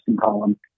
column